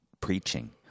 preaching